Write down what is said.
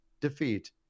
defeat